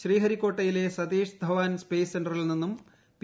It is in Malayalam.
ശ്രീഹരിക്കോട്ടയിലെ സതീഷ് ധവാൻ സ്പേയ്സ് സെന്ററിൽ നിന്നും പി